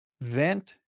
vent